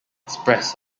express